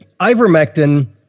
Ivermectin